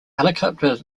helicopter